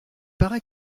paraît